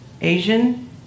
Asian